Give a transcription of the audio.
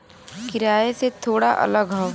किराए से थोड़ा अलग हौ